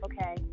okay